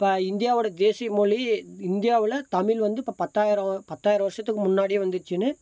இப்போ இந்தியாவோட தேசிய மொழி இந்தியாவில் தமிழ் வந்து இப்போ பத்தாயிரம் வ பத்தாயிரம் வருஷத்துக்கு முன்னாடியே வந்துட்ச்சுனு